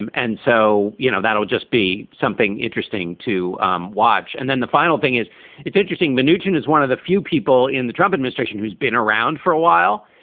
and and so, you know, that will just be something interesting to um watch. and then the final thing is it's interesting. manoogian is one of the few people in the trump administration who's been around for a while,